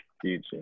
Future